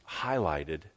highlighted